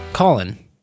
Colin